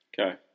Okay